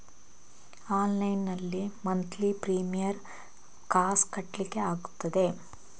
Online ನಲ್ಲಿ monthly premier ಕಾಸ್ ಕಟ್ಲಿಕ್ಕೆ ಆಗ್ತದಾ?